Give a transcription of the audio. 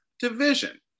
division